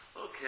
Okay